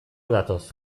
datoz